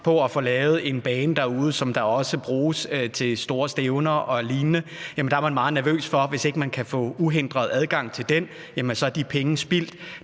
på at få lavet en bane, som også bruges ved store stævner og lignende, er meget nervøs for, at hvis man ikke kan få uhindret adgang til den, er de penge spildt.